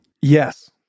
Yes